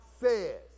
says